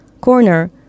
corner